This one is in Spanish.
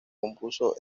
compuso